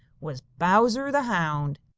was bowser the hound.